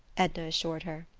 edna assured her.